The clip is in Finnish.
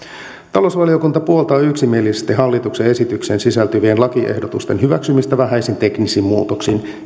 talousvaliokunta puoltaa yksimielisesti hallituksen esitykseen sisältyvien lakiehdotusten hyväksymistä vähäisin teknisin muutoksin